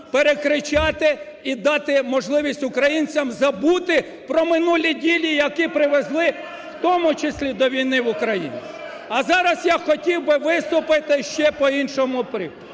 перекричати і дати можливість українцям забути про минулі дії, які привели, в тому числі, до війни в Україні. (Шум у залі) А зараз я хотів би виступити ще по іншому приводу.